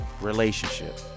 relationship